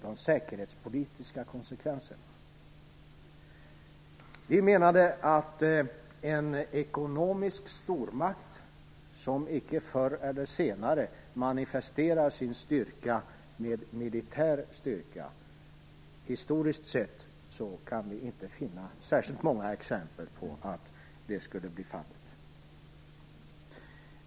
Historiskt sett har det inte funnits särskilt många exempel på ekonomiska stormakter som icke förr eller senare manifesterar sin styrka med militär styrka.